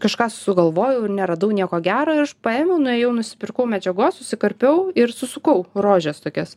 kažką sugalvojau ir neradau nieko gero aš paėmiau nuėjau nusipirkau medžiagos susikarpiau ir susukau rožės tokias